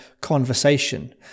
conversation